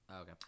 okay